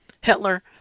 Hitler